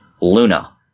Luna